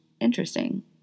interesting